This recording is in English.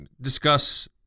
discuss